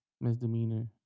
Misdemeanor